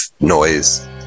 noise